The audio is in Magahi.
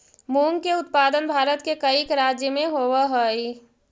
मूंग के उत्पादन भारत के कईक राज्य में होवऽ हइ